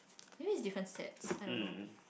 you mean it's different sets I don't know